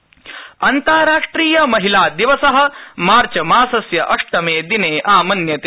महिलादिवस अन्ताराष्ट्रिय महिलादिवस मार्चमासस्य अष्टमे दिने आमन्यते